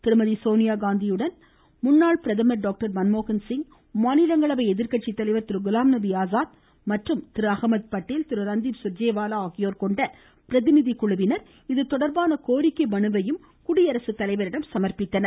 திருமதி சோனியா காந்தியுடன் முன்னாள் பிரதமர் டாக்டர் மன்மோகன்சிங் மாநிலங்களவை எதிர்கட்சி தலைவர் திரு குலாம்நபி ஆசாத் மற்றும் திரு அகமது படேல் திரு ரந்தீப் சுர்ஜேவாலா ஆகியோர் கொண்ட பிரதிநிதிக்குழுவினர் இது தொடர்பான கோரிக்கை மனுவையும் குடியரசு தலைவரிடம் சமர்ப்பித்தனர்